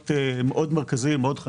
פרויקט מרכזי מאוד,